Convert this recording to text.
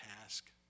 task